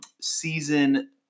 season